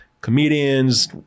comedians